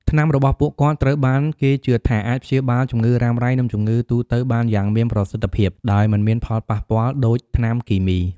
ថ្នាំរបស់ពួកគាត់ត្រូវបានគេជឿថាអាចព្យាបាលជំងឺរ៉ាំរ៉ៃនិងជំងឺទូទៅបានយ៉ាងមានប្រសិទ្ធភាព ដោយមិនមានផលប៉ះពាល់ដូចថ្នាំគីមី។